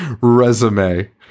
resume